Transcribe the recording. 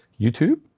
YouTube